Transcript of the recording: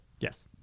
Yes